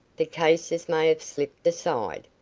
the cases may have slipped aside.